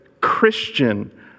Christian